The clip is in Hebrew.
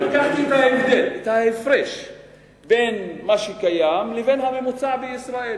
לקחתי את ההפרש בין מה שקיים לבין הממוצע בישראל.